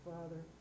Father